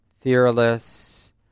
fearless